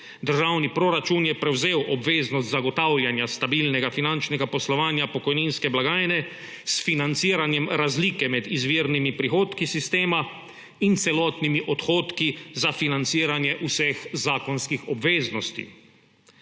Državni proračun je prevzel obveznost zagotavljanja stabilnega finančnega poslovanja pokojninske blagajne s financiranjem razlike med izvirnimi prihodki sistema in celotnimi odhodki za financiranje vseh zakonskih obveznosti.